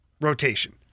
rotation